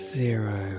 zero